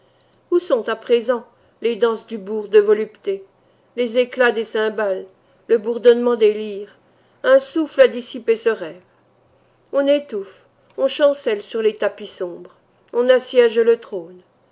où sont à présent les danses du bourg de volupté les éclats des cymbales le bourdonnement des lyres un souffle a dissipé ce rêve on étouffe on chancelle sur les tapis sombres on assiège le trône